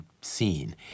scene